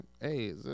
Hey